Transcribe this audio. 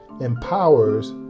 empowers